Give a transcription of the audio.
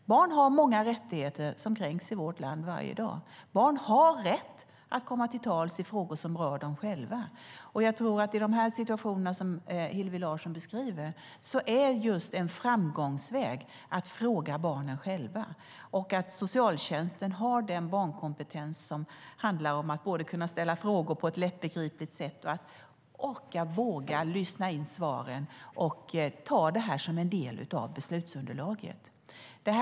Barn har många rättigheter som kränks i vårt land varje dag. Barn har rätt att själva komma till tals i frågor som rör dem. I de situationer som Hillevi Larsson beskriver är en framgångsväg just att fråga barnen. En annan är att socialtjänsten har den barnkompetens som handlar om att kunna ställa frågor på ett lättbegripligt sätt, att orka och våga lyssna på svaren och ta in det som en del av beslutsunderlaget.